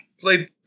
played